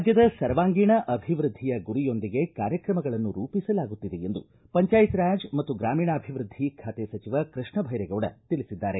ರಾಜ್ಯದ ಸರ್ವಾಂಗೀಣ ಅಭಿವ್ವದ್ಲಿಯ ಗುರಿಯೊಂದಿಗೆ ಕಾರ್ಯಕ್ರಮಗಳನ್ನು ರೂಪಿಸಲಾಗುತ್ತಿದೆ ಎಂದು ಪಂಚಾಯತ್ ರಾಜ್ ಮತ್ತು ಗ್ರಾಮೀಣ ಅಭಿವೃದ್ಧಿ ಖಾತೆ ಸಚಿವ ಕೃಷ್ಣ ಭೈರೇಗೌಡ ತಿಳಿಸಿದ್ದಾರೆ